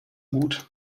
gut